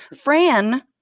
Fran